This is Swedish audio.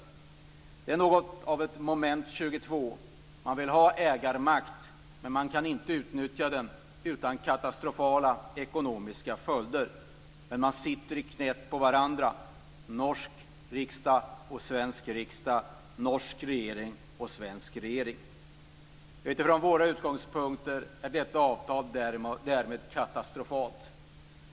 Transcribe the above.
Det är något av ett moment 22 - man vill ha ägarmakt, men man kan inte utnyttja den utan katastrofala ekonomiska följder. Men man sitter i knäet på varandra - det norska stortinget och den svenska riksdagen, den norska regeringen och den svenska regeringen. Utifrån våra utgångspunkter är detta avtal därmed katastrofalt.